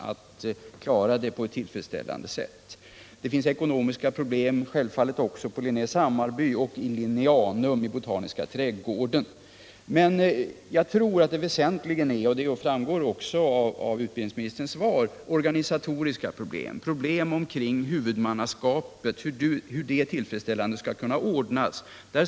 Det finns självfallet ekonomiska problem även på Linnés Hammarby och i Linnéanum i Botaniska trädgården. Men jag tror att det väsentliga problemet är organisatoriskt. Frågan gäller hur huvudmannaskapet tillfredsställande skall kunna ordnas.